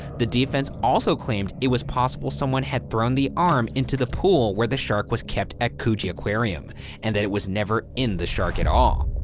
the defense also claimed it was possible someone had thrown the arm into the pool where the shark was kept at coogee aquarium and that it was never in the shark at all.